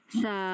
sa